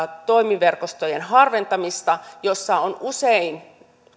toimiverkostojen harventamista jossa on usein